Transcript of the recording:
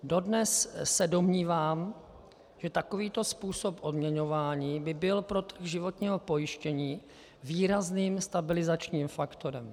Dodnes se domnívám, že takovýto způsob odměňování by byl pro trh životního pojištění výrazným stabilizačním faktorem.